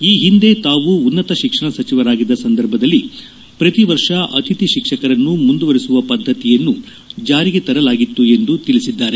ಈ ಹಿಂದೆ ತಾವು ಉನ್ನತ ಶಿಕ್ಷಣ ಸಚಿವನಾಗಿದ್ದ ಸಂದರ್ಭದಲ್ಲಿ ಪ್ರತಿವರ್ಷ ಅತಿಥಿ ಶಿಕ್ಷಕರನ್ನು ಮುಂದುವರೆಸುವ ಪದ್ದತಿಯನ್ನು ಜಾರಿಗೆ ತರಲಾಗಿತ್ತು ಎಂದು ತಿಳಿಸಿದ್ದಾರೆ